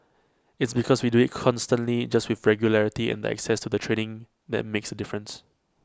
its because we do IT constantly just with regularity and the access to the training that makes A difference